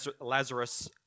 Lazarus